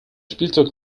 spielzeug